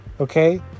Okay